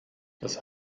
das